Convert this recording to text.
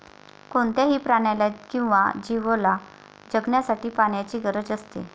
कोणत्याही प्राण्याला किंवा जीवला जगण्यासाठी पाण्याची गरज असते